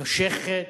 נושכת,